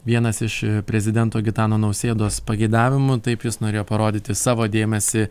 vienas iš prezidento gitano nausėdos pageidavimų taip jis norėjo parodyti savo dėmesį